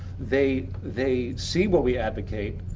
they they see what we advocate.